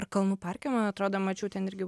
ar kalnų parke man atrodo mačiau ten irgi